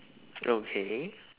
okay